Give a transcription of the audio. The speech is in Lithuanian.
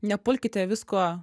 nepulkite visko